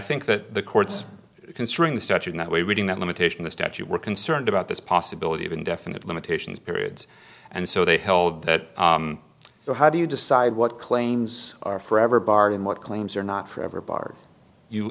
think that the courts considering the statute that way reading that limitation the statute were concerned about this possibility of indefinite limitations periods and so they held that so how do you decide what claims are forever barred and what claims are not forever bar you